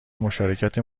مشارکت